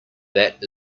that